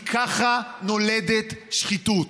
כי ככה נולדת שחיתות.